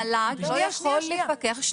המל"ג לא יכול לפקח -- רגע,